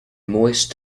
moist